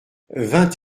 vingt